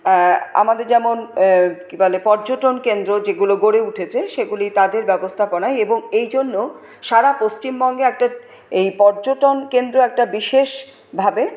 আমাদের যেমন কি বলে পর্যটন কেন্দ্র যেগুলো গড়ে উঠেছে সেগুলি তাদের ব্যবস্থাপনায় এবং এইজন্য সারা পশ্চিমবঙ্গে একটা এই পর্যটনকেন্দ্র একটা বিশেষভাবে